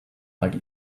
like